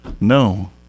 No